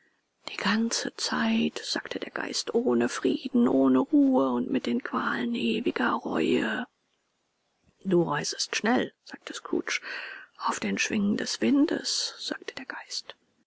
die ganze zeit sagte der geist ohne frieden ohne ruhe und mit den qualen ewiger reue du reisest schnell sagte scrooge auf den schwingen des windes sagte der geist